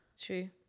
true